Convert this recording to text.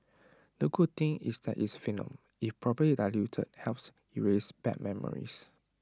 the good thing is that it's venom if properly diluted helps erase bad memories